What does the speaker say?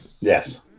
Yes